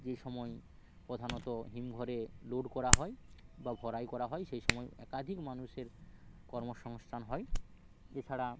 যে সময়ে প্রধানত হিম ঘরে লোড করা হয় বা ভরাই করা হয় সেই সময় একাধিক মানুষের কর্মসংস্থান হয় এছাড়া